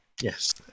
Yes